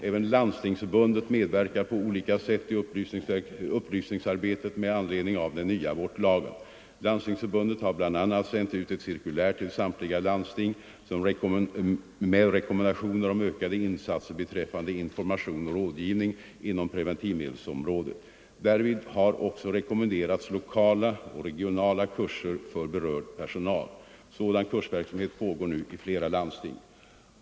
Även Landstingsförbundet medverkar på olika sätt i upplysningsarbetet med anledning av den nya abortlagen. Landstingsförbundet har bl.a. sänt ut ett cirkulär till samtliga landsting med rekommendationer om ökade insatser beträffande information och rådgivning inom preventivmedelsområdet. Därvid har också rekommenderats lokala och regionala kurser för berörd personal. Sådan kursverksamhet pågår nu i flera landsting.